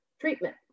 treatment